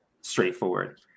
straightforward